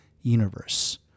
universe